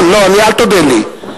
אני מבקש לא לקרוא קריאות ביניים.